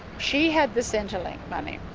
she had the centrelink money,